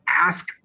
ask